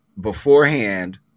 beforehand